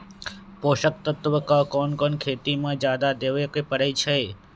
पोषक तत्व क कौन कौन खेती म जादा देवे क परईछी?